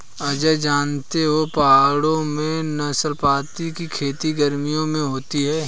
अजय जानते हो पहाड़ों में नाशपाती की खेती गर्मियों में होती है